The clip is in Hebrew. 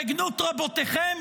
בגנות רבותיכם?